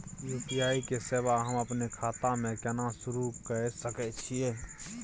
UPI के सेवा हम अपने खाता म केना सुरू के सके छियै?